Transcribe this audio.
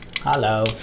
hello